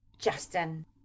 Justin